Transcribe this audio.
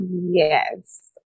Yes